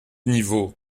niveaux